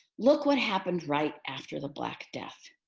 look what happened right after the black death.